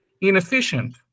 inefficient